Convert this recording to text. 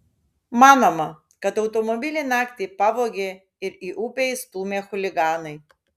manoma kad automobilį naktį pavogė ir į upę įstūmė chuliganai